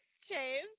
Chase